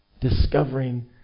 discovering